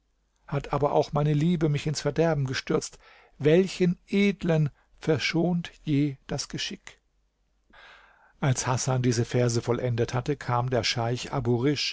hat aber auch meine liebe mich ins verderben gestürzt welchen edlen verschont je das geschick als hasan diese verse vollendet hatte kam der scheich abu